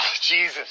Jesus